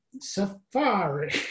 Safari